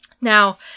Now